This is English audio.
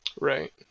Right